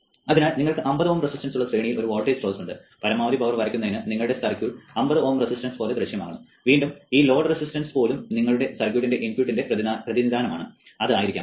അതിനാൽ നിങ്ങൾക്ക് 50 ohm resistance ഉള്ള ശ്രേണിയിൽ ഒരു വോൾട്ടേജ് സ്രോതസ്സ് ഉണ്ട് പരമാവധി പവർ വരയ്ക്കുന്നതിന് നിങ്ങളുടെ സർക്യൂട്ട് 50 ഓം റെസിസ്റ്റൻസ് പോലെ ദൃശ്യമാകണം വീണ്ടും ഈ ലോഡ് റെസിസ്റ്റൻസ് പോലും നിങ്ങളുടെ സർക്യൂട്ടിന്റെ ഇൻപുട്ടിന്റെ പ്രതിനിധാനമാണ് അത് ആയിരിക്കാം